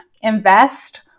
invest